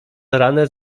rany